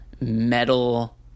metal